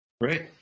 Right